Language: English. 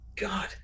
God